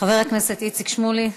חבר הכנסת איציק שמולי,